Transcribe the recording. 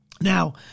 now